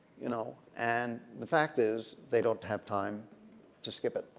you know and the fact is they don't have time to skip it.